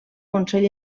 consell